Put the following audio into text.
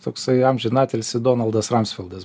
toksai amžiną atilsį donaldas ramsfildas